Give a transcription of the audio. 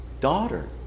daughter